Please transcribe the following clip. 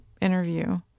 interview